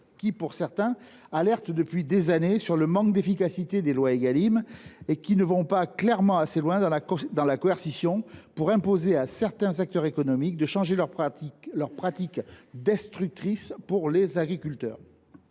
le Gouvernement depuis des années sur le manque d’efficacité des lois Égalim, qui ne vont pas assez loin dans la coercition pour imposer à certains acteurs économiques de changer leurs pratiques, destructrices pour les agriculteurs.